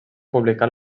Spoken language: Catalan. publicar